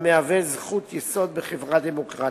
המהווה זכות יסוד בחברה דמוקרטית.